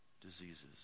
diseases